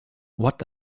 what